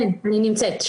בבקשה.